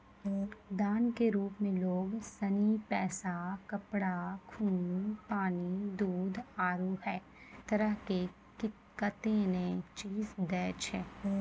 दान के रुप मे लोग सनी पैसा, कपड़ा, खून, पानी, दूध, आरु है तरह के कतेनी चीज दैय छै